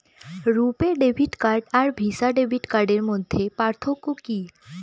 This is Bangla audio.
রূপে ডেবিট কার্ড আর ভিসা ডেবিট কার্ডের মধ্যে পার্থক্য কি?